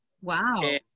wow